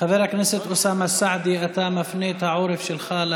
חבר הכנסת אוסאמה סעדי, אתה מפנה את העורף שלך.